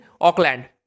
Auckland